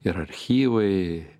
ir archyvai